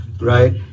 right